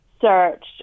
search